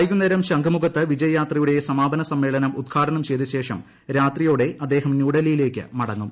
വൈകുന്നേരം ശംഖുമുഖത്ത് ബിച്ചിൽ വിജയയാത്രയുടെ സമാപന സമ്മേളനം ഉദ്ഘാടനം ചെയ്ത ശേഷം രാത്രിയോടെ അദ്ദേഹം ന്യൂഡൽഫ്റിയിലേക്ക് മടങ്ങും